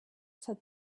said